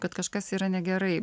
kad kažkas yra negerai